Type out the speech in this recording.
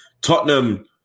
Tottenham